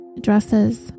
dresses